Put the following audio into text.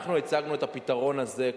אנחנו הצגנו את הפתרון הזה,